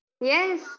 Yes